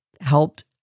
helped